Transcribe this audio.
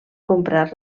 comprar